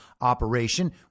operation